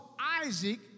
Isaac